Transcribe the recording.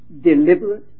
deliberate